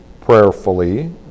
prayerfully